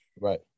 right